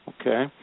Okay